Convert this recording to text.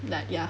like ya